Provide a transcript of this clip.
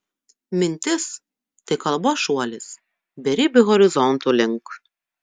mintis tai kalbos šuolis beribių horizontų link